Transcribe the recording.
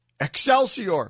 Excelsior